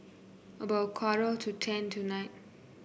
about a quarter to ten tonight